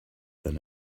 than